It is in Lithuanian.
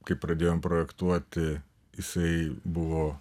kai pradėjom projektuoti jisai buvo